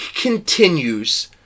continues